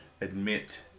admit